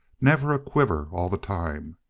never a quiver all the time.